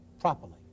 properly